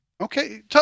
Okay